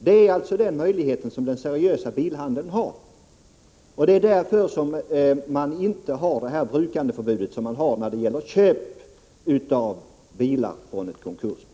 Det är alltså den möjlighet som den seriösa bilhandeln har, och det är därför som man inte tillämpar det brukandeförbud som gäller i fråga om köp av bilar från ett konkursbo.